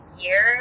year